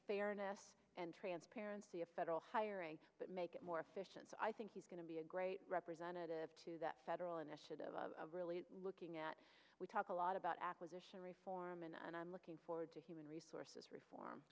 fairness and transparency of federal hiring but make it more efficient i think he's going to be a great representative to that federal initiative i'm really looking at we talk a lot about acquisition reform and i'm looking forward to human resources reform